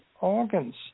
organs